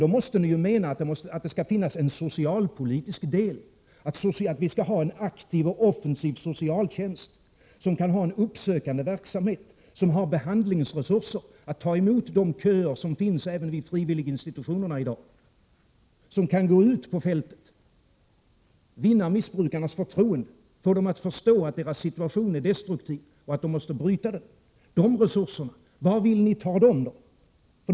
Då måste ni ju mena att det också skall finnas en socialpolitisk del, att vi skall ha en aktiv och offensiv socialtjänst som kan bedriva en uppsökande verksamhet, som har behandlingsresurser att ta emot de köer som finns även vid frivilliginstitutionerna och som kan gå ut på fältet och vinna missbrukarnas förtroende och få dem att förstå att deras situation är destruktiv och att de måste bryta den. Var vill ni då ta dessa resurser?